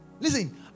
Listen